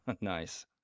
Nice